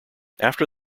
after